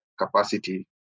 capacity